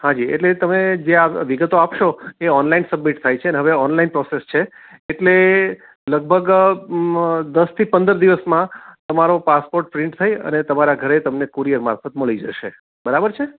હા જી એટલે તમે જે આ વિગતો આપશો એ ઓનલાઇન સબમિટ થાય છે અને હવે ઓનલાઇન પ્રોસેસ છે એટલે લગભગ દસથી પંદર દિવસમાં તમારો પાસપોર્ટ પ્રિન્ટ થઈ અને તમારા ઘરે તમને કુરિયર મારફત મળી જશે બરાબર છે